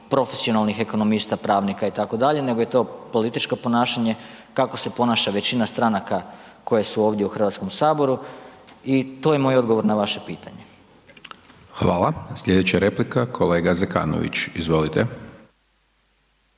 profesionalnih ekonomista, pravnika itd., nego je to političko ponašanje kako se ponaša većina stranaka koje su ovdje u Hrvatskom saboru i to je moj odgovor na vaše pitanje. **Hajdaš Dončić, Siniša (SDP)** Hvala. Slijedeća replika, kolega Zekanović, izvolite.